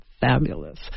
fabulous